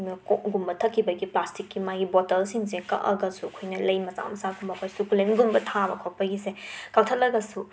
ꯃꯀꯣꯛꯒꯨꯝꯕ ꯊꯛꯈꯤꯕꯒꯤ ꯄ꯭ꯂꯥꯁꯇꯤꯛꯀꯤ ꯃꯥꯒꯤ ꯕꯣꯇꯜꯁꯤꯡꯁꯦ ꯀꯛꯑꯒꯁꯨ ꯑꯩꯈꯣꯏꯅ ꯂꯩ ꯃꯆꯥ ꯃꯆꯥꯒꯨꯝꯕ ꯑꯩꯈꯣꯏ ꯆꯨꯀ꯭ꯂꯤꯟꯒꯨꯝꯕ ꯊꯥꯕ ꯈꯣꯠꯄꯒꯤꯁꯦ ꯀꯛꯊꯠꯂꯒꯁꯨ